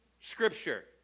Scripture